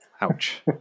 Ouch